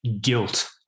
guilt